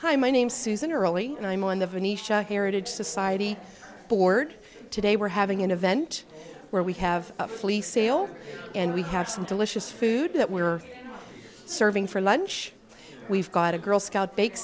hi my name is susan early and i'm on the venetia heritage society board today we're having an event where we have a flea sale and we have some delicious food that we're serving for lunch we've got a girl scout bake